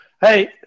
hey